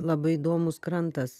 labai įdomus krantas